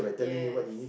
yes